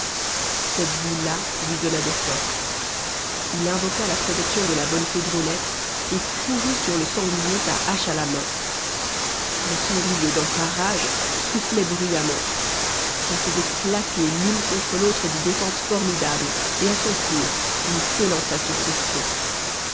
cette vue là lui donna des forces il invoqua la protection de la bonne fée drôlette et courut sur le sanglier sa hache à la main le sanglier dans sa rage soufflait bruyamment il faisait claquer l'une contre l'autre des défenses formidables et à son tour il s'élança sur ourson